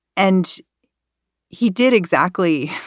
and he did exactly